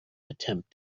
attempt